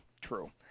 True